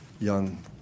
young